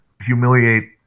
humiliate